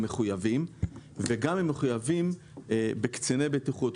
מחויבים בכך והם גם מחויבים בקציני בטיחות.